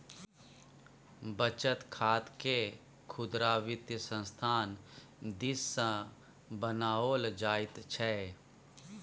बचत खातकेँ खुदरा वित्तीय संस्थान दिससँ बनाओल जाइत छै